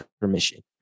permission